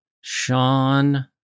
Sean